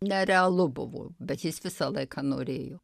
nerealu buvo bet jis visą laiką norėjo